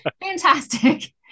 Fantastic